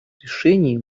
решении